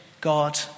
God